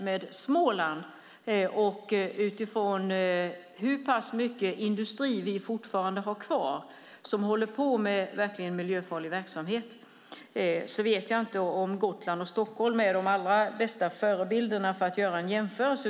Med tanke på hur mycket industri med verkligt miljöfarlig verksamhet som vi har kvar i Småland vet jag inte om Gotland och Stockholm är de bästa länen att jämföra med.